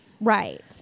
Right